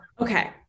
Okay